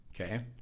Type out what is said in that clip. Okay